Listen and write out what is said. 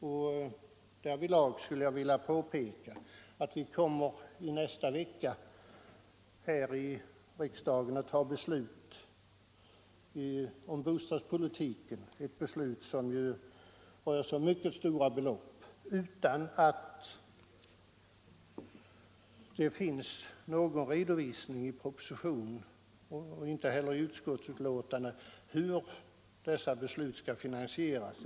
Därvidlag skulle jag vilja påpeka att vi i nästa vecka här i riksdagen kommer att fatta ett beslut om bostadspolitiken — ett beslut som rör sig om mycket stora belopp — utan att det finns någon redovisning vare sig i propositionen eller i utskottsbetänkandet av hur det hela skall finansieras.